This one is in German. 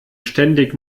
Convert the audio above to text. ständig